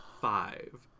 five